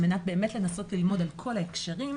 על מנת באמת לנסות וללמוד על כל ההקשרים.